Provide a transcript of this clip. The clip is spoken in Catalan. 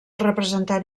representant